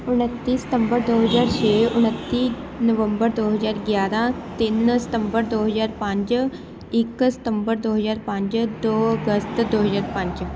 ਉਨੱਤੀ ਸਤੰਬਰ ਦੋ ਹਜ਼ਾਰ ਛੇ ਉਨੱਤੀ ਨਵੰਬਰ ਦੋ ਹਜ਼ਾਰ ਗਿਆਰ੍ਹਾਂ ਤਿੰਨ ਸਤੰਬਰ ਦੋ ਹਜ਼ਾਰ ਪੰਜ ਇੱਕ ਸਤੰਬਰ ਦੋ ਹਜ਼ਾਰ ਪੰਜ ਦੋ ਅਗਸਤ ਦੋ ਹਜ਼ਾਰ ਪੰਜ